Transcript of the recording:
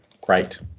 great